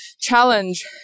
challenge